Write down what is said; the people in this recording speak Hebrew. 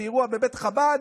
באירוע בבית חב"ד,